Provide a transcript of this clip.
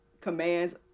commands